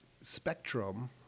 spectrum